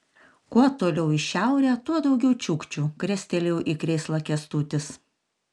kuo toliau į šiaurę tuo daugiau čiukčių krestelėjo į krėslą kęstutis